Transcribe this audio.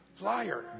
liar